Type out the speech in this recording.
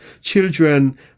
children